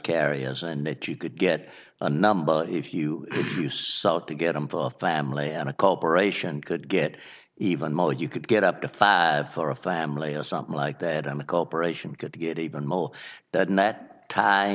carriers and that you could get a number if you use to get a family and a corporation could get even more you could get up to five for a family or something like that i'm a corporation could get even more than that